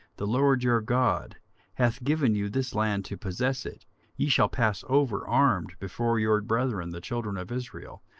the lord your god hath given you this land to possess it ye shall pass over armed before your brethren the children of israel,